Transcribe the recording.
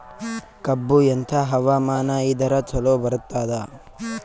ಕಬ್ಬು ಎಂಥಾ ಹವಾಮಾನ ಇದರ ಚಲೋ ಬರತ್ತಾದ?